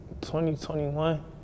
2021